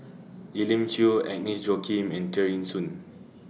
Elim Chew Agnes Joaquim and Tear Ee Soon